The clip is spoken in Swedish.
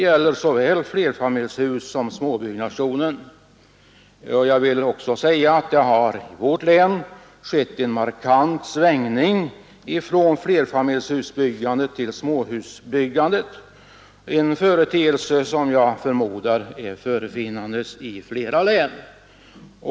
Jag vill också framhålla att det i vårt län har skett en markant svängning från flerfamiljshusbyggande till småhusbyggande — en företeelse som jag förmodar finns i flera län.